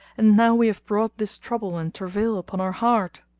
and now we have brought this trouble and travail upon our heart.